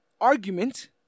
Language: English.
argument